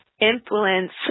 influence